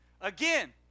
Again